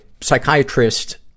psychiatrist